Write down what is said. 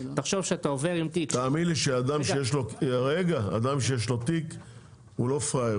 תחשוב שאתה עובר עם תיק --- תאמין לי שאדם שיש לו תיק הוא לא פראייר,